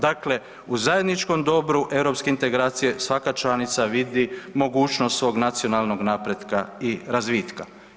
Dakle, u zajedničkom dobru europske integracije svaka članica vidi mogućnost svog nacionalnog napretka i razvitka.